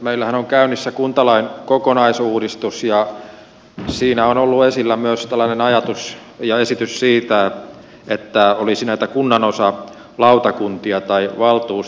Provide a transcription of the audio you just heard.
meillähän on käynnissä kuntalain kokonaisuudistus ja siinä on ollut esillä myös tällainen ajatus ja esitys siitä että olisi näitä kunnanosalautakuntia tai valtuustoja